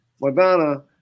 Madonna